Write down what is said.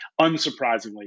unsurprisingly